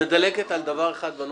את מדלגת על דבר אחד בנוסח,